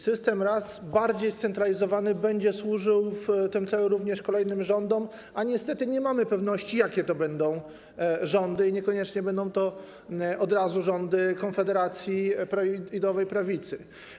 System raz bardziej scentralizowany będzie służył w tym kształcie również kolejnym rządom, a niestety nie mamy pewności, jakie to będą rządy, niekoniecznie będą to od razu rządy Konfederacji i Nowej Prawicy.